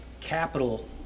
capital